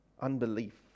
unbelief